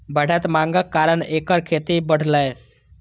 बढ़ैत मांगक कारण एकर खेती बढ़लैए